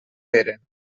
eren